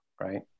Right